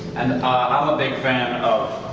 ah a big fan of